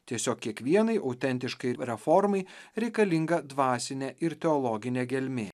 tiesiog kiekvienai autentiškai reformai reikalinga dvasinė ir teologinė gelmė